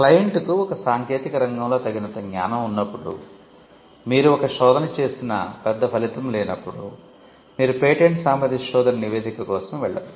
క్లయింట్కు ఒక సాంకేతిక రంగంలో తగినంత జ్ఞానం ఉన్నప్పుడు మీరు ఒక శోధన చేసినా పెద్ద ఫలితం లేనప్పుడు మీరు పేటెంట్ సామర్థ్య శోధన నివేదిక కోసం వెళ్ళరు